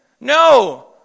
No